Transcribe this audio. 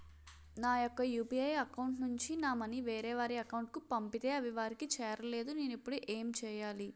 నా యెక్క UPI account నుంచి నా మనీ వేరే వారి అకౌంట్ కు పంపితే అవి వారికి చేరలేదు నేను ఇప్పుడు ఎమ్ చేయాలి?